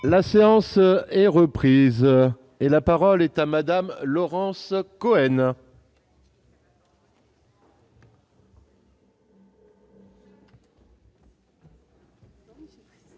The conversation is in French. La séance est reprise. La parole est à Mme Laurence Cohen.